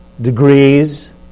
degrees